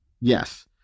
Yes